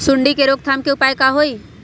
सूंडी के रोक थाम के उपाय का होई?